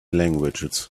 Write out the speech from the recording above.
languages